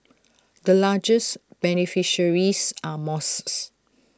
the largest beneficiaries are mosques